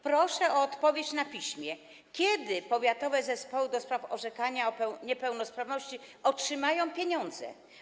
Proszę o odpowiedź na piśmie - kiedy powiatowe zespoły do spraw orzekania o niepełnosprawności otrzymają pieniądze.